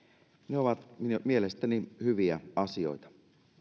ne ovat mielestäni hyviä asioita